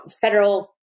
federal